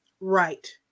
Right